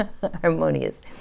harmonious